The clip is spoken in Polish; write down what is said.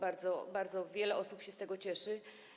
Bardzo, bardzo wiele osób się z tego cieszy.